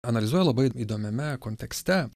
analizuoja labai įdomiame kontekste